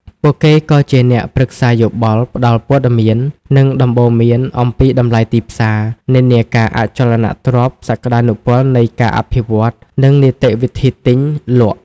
ពួកគេក៏ជាអ្នកប្រឹក្សាយោបល់ ផ្តល់ព័ត៌មាន និងដំបូន្មានអំពីតម្លៃទីផ្សារ និន្នាការអចលនទ្រព្យ សក្តានុពលនៃការអភិវឌ្ឍន៍ និងនីតិវិធីទិញ លក់។